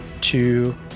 two